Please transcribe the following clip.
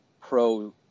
pro